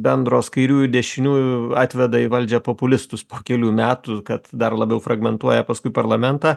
bendros kairiųjų dešiniųjų atveda į valdžią populistus po kelių metų kad dar labiau fragmentuoja paskui parlamentą